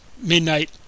midnight